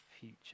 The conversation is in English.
future